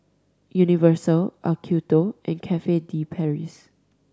Universal Acuto and Cafe De Paris